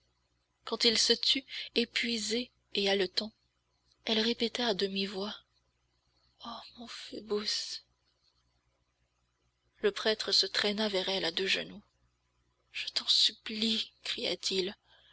quand il se tut épuisé et haletant elle répéta à demi-voix ô mon phoebus le prêtre se traîna vers elle à deux genoux je t'en supplie cria-t-il